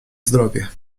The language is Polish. zdrowie